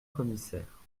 commissaire